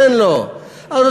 מסכן,